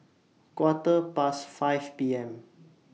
Quarter Past five P M